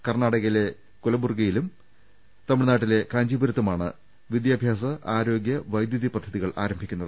കർണാടക യിലെ കലബുർഗിയിലും തമിഴ്നാട്ടിലെ കാഞ്ചീപുരത്തുമാണ് വിദ്യാ ഭ്യാസ ആരോഗ്യ വൈദ്യുതി പദ്ധതികൾ ആരംഭിക്കുന്നത്